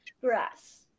grass